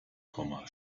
komma